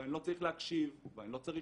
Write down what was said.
ואני לא צריך להקשיב ואני לא צריך